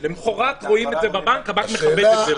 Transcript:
למחרת רואים את זה בבנק, הבנק מכבד את זה.